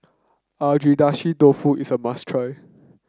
Agedashi Dofu is a must try